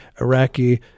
Iraqi